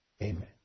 Amen